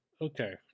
Okay